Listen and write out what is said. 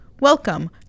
Welcome